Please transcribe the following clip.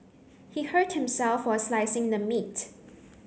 he hurt himself while slicing the meat